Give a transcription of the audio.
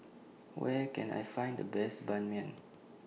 Where Can I Find The Best Ban Mian